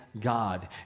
God